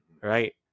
Right